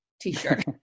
T-shirt